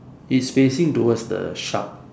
is facing towards the sharp